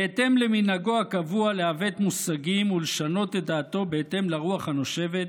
בהתאם למנהגו הקבוע לעוות מושגים ולשנות את דעתו בהתאם לרוח הנושבת,